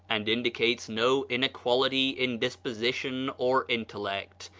and indicates no inequality in disposition or intellect.